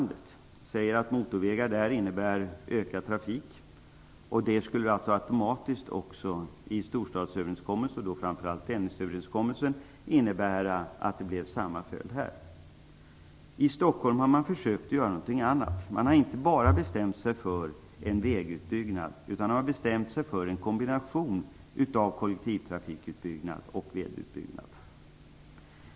Det sägs att motorvägar där innebär ökad trafik, och att en storstadsöverenskommelse som Dennisöverenskommelsen automatiskt skulle få samma följd här hemma. I Stockholm har man försökt göra något annat. Man har bestämt sig inte bara för en vägutbyggnad utan för en kombination av kollektivtrafikutbyggnad och vägutbyggnad.